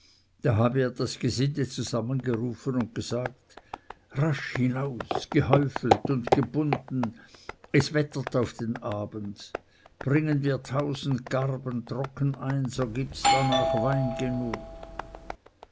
da habe er das gesinde zusammengerufen und gesagt rasch hinaus gehäufelt und gebunden es wettert auf den abend bringen wir tausend garben trocken ein so gibts darnach wein genug